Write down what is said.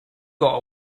got